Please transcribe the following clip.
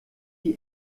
die